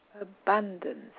Abundance